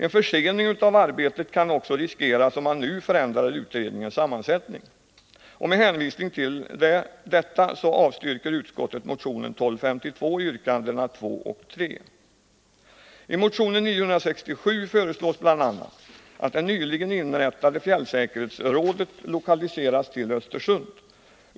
En försening av arbetet kan också riskeras om man nu förändrar utredningens sammansättning. Med hänvisning härtill avstyrker utskottet motionen 1252, yrkandena 2 och 3. I motion 967 föreslås bl.a. att det nyligen inrättade fjällsäkerhetsrådet lokaliseras till Östersund.